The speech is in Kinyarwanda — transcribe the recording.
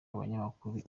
abanyamakuru